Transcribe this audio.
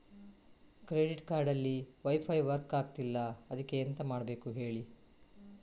credit card ಅಲ್ಲಿ wifi work ಆಗ್ತಿಲ್ಲ ಅದ್ಕೆ ಎಂತ ಮಾಡಬೇಕು ಹೇಳಿ